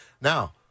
Now